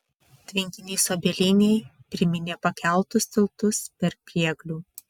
tvenkinys obelynėj priminė pakeltus tiltus per prieglių